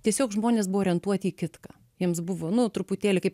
tiesiog žmonės buvo orientuoti į kitką jiems buvo nu truputėlį kaip